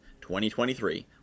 2023